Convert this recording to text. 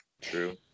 True